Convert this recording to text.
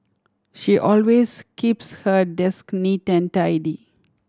she always keeps her desk neat and tidy